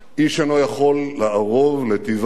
איש אינו יכול לערוב לטיבם